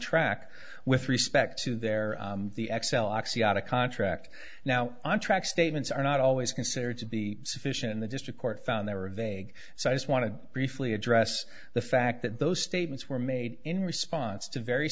track with respect to their the xcel oxiana contract now on track statements are not always considered to be sufficient in the district court found they were vague so i just want to briefly address the fact that those statements were made in response to very